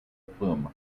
plume